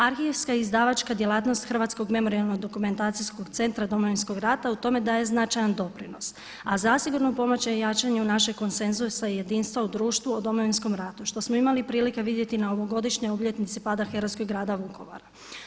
Arhivska izdavačka djelatnost Hrvatsko memorijalno-dokumentacijskog centra Domovinskog rata u tome daje značajan doprinos, a zasigurno pomaže i jačanju našeg konsenzusa i jedinstva u društvu o Domovinskom ratu što smo imali prilike i vidjeti na ovogodišnjoj obljetnici pada herojskog grada Vukovara.